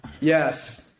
Yes